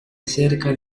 cerca